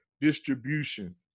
distribution